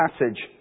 passage